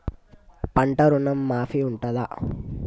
పంట ఋణం మాఫీ ఉంటదా?